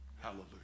Hallelujah